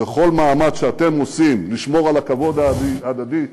וכל מאמץ שאתם עושים לשמור על הכבוד ההדדי,